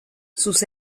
sus